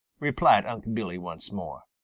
replied unc' billy once more.